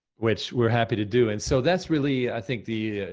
which we're happy to do, and so that's really, i think the,